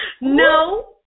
No